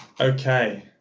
Okay